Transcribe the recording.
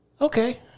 okay